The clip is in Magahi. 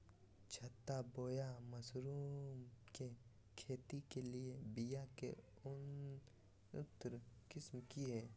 छत्ता बोया मशरूम के खेती के लिए बिया के उन्नत किस्म की हैं?